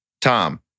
Tom